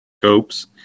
scopes